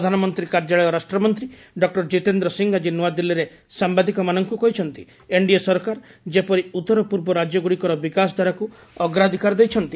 ପ୍ରଧାନମନ୍ତ୍ରୀ କାର୍ଯ୍ୟାଳୟ ରାଷ୍ଟ୍ରମନ୍ତ୍ରୀ ଡକ୍ଟର କ୍ରୀତେନ୍ଦ୍ର ସିଂହ ଆଜି ନୂଆଦିଲ୍ଲୀରେ ସାମ୍ଭାଦିକମାନଙ୍କୁ କହିଛନ୍ତି ଏନ୍ଡିଏ ସରକାର ଯେପରି ଉତ୍ତର ପୂର୍ବ ଭାରତର ବିକାଶଧାରାକୁ ଅଗ୍ରାଧିକାର ଦେଇଛନ୍ତି